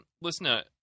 listener